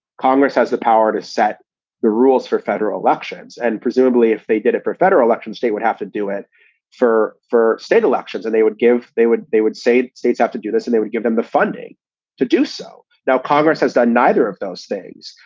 congress has the power to set the rules for federal elections. and presumably if they did it for federal elections, they would have to do it for four state elections. and they would give they would they would say states have to do this and they would give them the funding to do so. now, congress has done neither of those things.